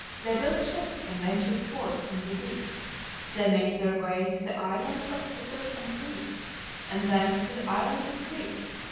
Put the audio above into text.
they built ships and ventured forth on the deep they made their way to the islands of cyprus and crete and thence to the islands of greece,